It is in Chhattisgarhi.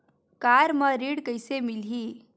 कार म ऋण कइसे मिलही?